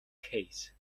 case